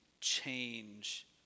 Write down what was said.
change